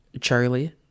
charlie